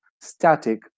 static